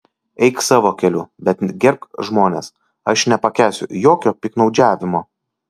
eik savo keliu bet gerbk žmones aš nepakęsiu jokio piktnaudžiavimo